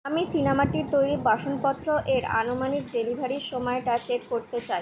আমি চীনামাটির তৈরি বাসনপত্র এর আনুমানিক ডেলিভারির সময়টা চেক করতে চাই